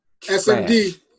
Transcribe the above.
SMD